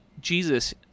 Jesus